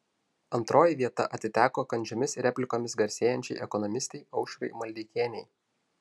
antroji vieta atiteko kandžiomis replikomis garsėjančiai ekonomistei aušrai maldeikienei